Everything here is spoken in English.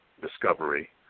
Discovery